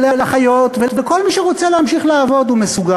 ולאחיות ולכל מי שרוצה ומסוגל